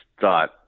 thought